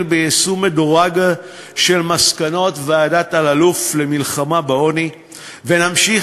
ביישום מדורג של מסקנות ועדת אלאלוף למלחמה בעוני ונמשיך